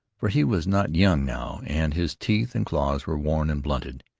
for he was not young now, and his teeth and claws were worn and blunted.